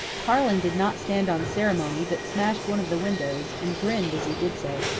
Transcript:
tarling did not stand on ceremony, but smashed one of the windows, and grinned as he did so.